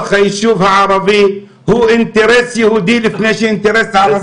היישוב הערבי הוא אינטרס יהודי לפני שהוא אינטרס ערבי.